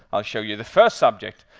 i'll show you the first subject,